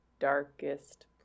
Darkest